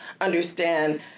understand